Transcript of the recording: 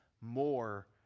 more